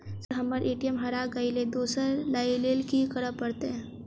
Sir हम्मर ATM हरा गइलए दोसर लईलैल की करऽ परतै?